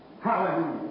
Hallelujah